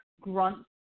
grunt